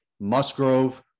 Musgrove